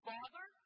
Father